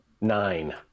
nine